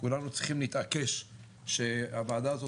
כולנו צריכים להתעקש שהוועדה הזאת